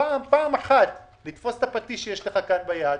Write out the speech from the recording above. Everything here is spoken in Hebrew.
פעם אחת לתפוס את הפטיש שיש לך כאן ביד,